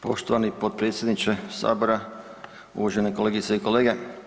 Poštovani potpredsjedniče Sabora, uvažene kolegice i kolege.